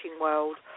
world